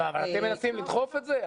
אבל אתם מנסים לדחוף את זה?